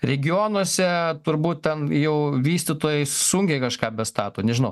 regionuose turbūt ten jau vystytojai sunkiai kažką bestato nežinau